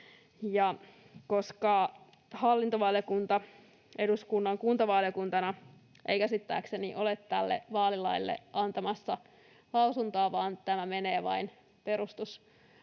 Koska hallintovaliokunta eduskunnan kuntavaliokuntana ei käsittääkseni ole tästä vaalilaista antamassa lausuntoa, vaan tämä menee vain perustuslakivaliokuntaan...